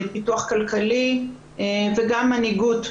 פיתוח כלכלי וגם מנהיגות.